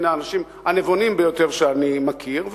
מן האנשים הנבונים ביותר שאני מכיר,